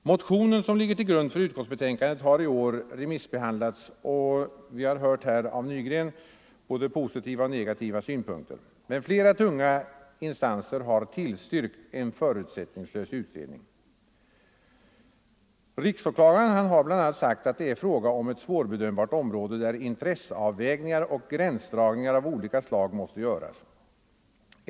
Motionen som ligger till grund för utskottets betänkande har i år remissbehandlats, och vi har här av herr Nygren hört både positiva och negativa synpunkter. Flera tunga instanser har dock tillstyrkt en förutsättningslös utredning. Riksåklagaren har bl.a. sagt att det är fråga om ett svårbedömbart område, där intresseavvägningar och gränsdragningar av olika slag måste göras.